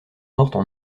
mortes